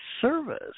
service